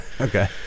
Okay